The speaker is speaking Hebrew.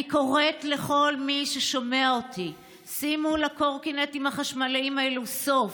אני קוראת לכל מי ששומע אותי: שימו לקורקינטים החשמליים האלה סוף.